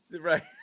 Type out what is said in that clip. right